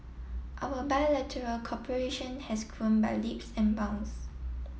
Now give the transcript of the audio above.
our bilateral cooperation has grown by leaps and bounds